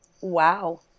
Wow